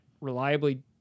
reliably